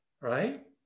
right